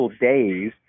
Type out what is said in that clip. days